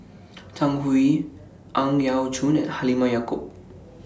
Zhang Hui Ang Yau Choon and Halimah Yacob